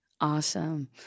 Awesome